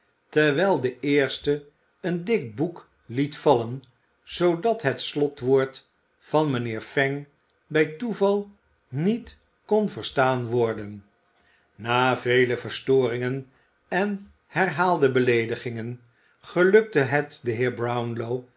terwijl de eerste een dik boek liet vallen zoodat het slotwoord van mijnheer fang bij toeval niet kon verstaan worden na vele storingen en herhaalde beleedigingen gelukte het den heer brownlow